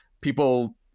People